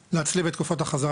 תקופת החזרה, להצליב אותה.